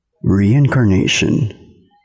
Reincarnation